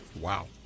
Wow